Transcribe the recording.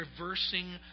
reversing